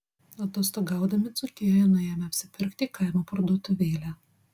atostogaudami dzūkijoje nuėjome apsipirkti į kaimo parduotuvėlę